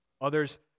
Others